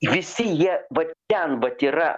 visi jie vat ten vat yra